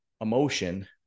emotion